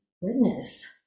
witness